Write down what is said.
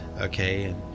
okay